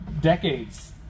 decades